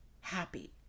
happy